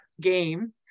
game